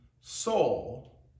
soul